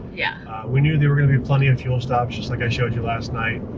yeah we knew they were going to be plenty of fuel stops, just like i showed you last night.